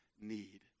need